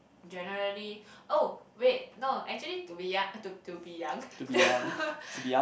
generally oh wait no actually to be young to to be young